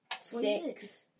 Six